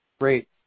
Great